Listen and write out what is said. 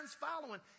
following